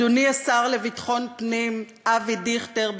אדוני השר לביטחון פנים אבי דיכטר",